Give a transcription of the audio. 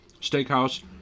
Steakhouse